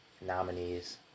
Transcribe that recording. nominees